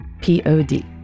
P-O-D